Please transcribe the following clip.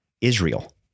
israel